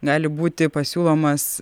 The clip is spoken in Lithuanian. gali būti pasiūlomas